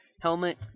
helmet